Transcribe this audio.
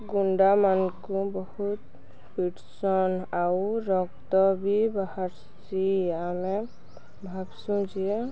ଗୁଣ୍ଡାମମାନଙ୍କୁ ବହୁତ ପିଟ୍ସନ୍ ଆଉ ରକ୍ତ ବି ବାହାରୁସି ଆମେ ଭାବ୍ସୁଁ ଯେ